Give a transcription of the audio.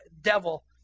devil